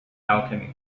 alchemy